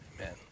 amen